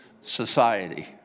society